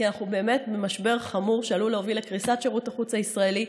כי אנחנו באמת במשבר חמור שעלול להביא לקריסת שירות החוץ הישראלי.